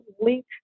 link